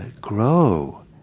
grow